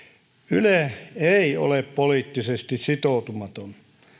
yle ei ole poliittisesti sitoutumaton